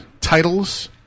titles